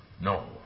No